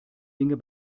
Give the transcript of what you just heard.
dinge